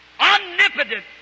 omnipotent